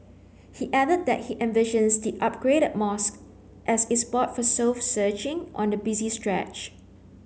he added that he envisions the upgraded mosque as a spot for soul searching on the busy stretch